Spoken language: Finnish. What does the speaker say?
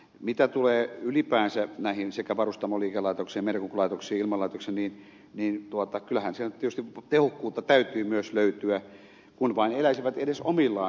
mitä tulee ylipäänsä näihin sekä varustamoliikelaitokseen merenkulkulaitokseen ilmailulaitokseen niin kyllähän siellä nyt tietysti tehokkuutta täytyy myös löytyä kun vain eläisivät edes omillaan